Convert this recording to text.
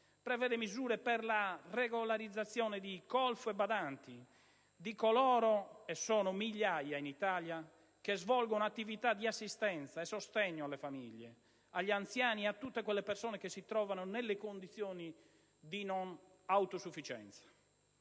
altresì misure per la regolarizzazione di colf e badanti e di coloro - sono migliaia in Italia - che svolgono attività di assistenza e sostegno alle famiglie, agli anziani e a tutte quelle persone che si trovano nelle condizioni di non autosufficienza.